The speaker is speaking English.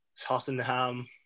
Tottenham